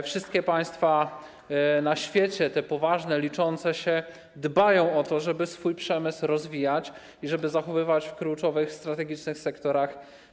Wszystkie państwa na świecie, te poważne, liczące się, dbają o to, żeby swój przemysł rozwijać i żeby zachowywać niezależność w kluczowych, strategicznych sektorach.